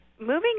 moving